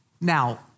Now